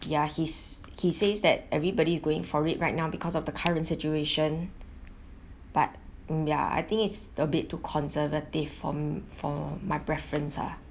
ya he's he says that everybody is going for it right now because of the current situation but mm ya I think it's a bit too conservative for for my preference ah